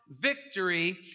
victory